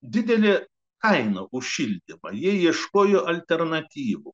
didelė kaina už šildymą jie ieškojo alternatyvų